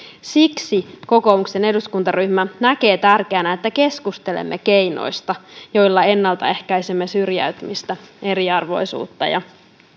siksi kokoomuksen eduskuntaryhmä näkee tärkeänä että keskustelemme keinoista joilla ennaltaehkäisemme syrjäytymistä eriarvoisuutta ja